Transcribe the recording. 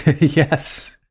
Yes